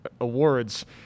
awards